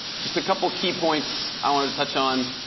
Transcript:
just a couple key points i want to touch on,